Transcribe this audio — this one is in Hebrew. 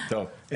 טוב,